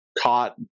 caught